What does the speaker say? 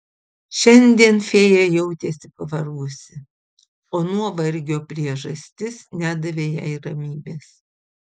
šiandien fėja jautėsi pavargusi o nuovargio priežastis nedavė jai ramybės